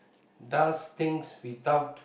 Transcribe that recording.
does things without